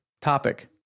topic